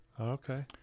Okay